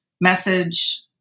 message